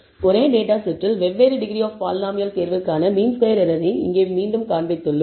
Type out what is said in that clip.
ஒரே டேட்டா செட்டில் வெவ்வேறு டிகிரி ஆப் பாலினாமியல் தேர்விற்கான மீன் ஸ்கொயர் எரர் ஐ இங்கே மீண்டும் காண்பித்துள்ளோம்